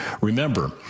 Remember